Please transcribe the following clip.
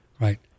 right